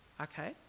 okay